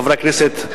חברי הכנסת,